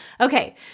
Okay